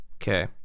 Okay